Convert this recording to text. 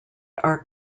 are